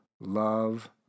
love